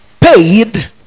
paid